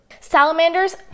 Salamanders